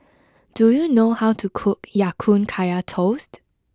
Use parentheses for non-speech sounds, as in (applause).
(noise) do you know how to cook Ya Kun Kaya Toast